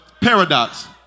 paradox